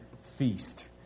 feast